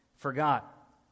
Forgot